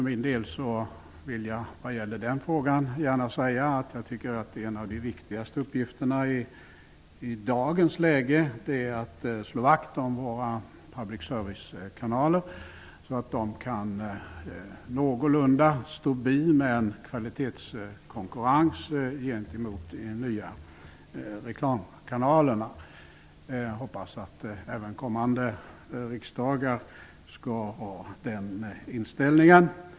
Jag vill gärna säga att jag tycker att en av de viktigste uppgifterna i dagens läge är att slå vakt om våra public-service-kanaler så att de någorlunda kan stå bi med en kvalitetskonkurrens gentemot de nya reklamkanalerna. Jag hoppas att även kommande riksdagar skall ha den inställningen.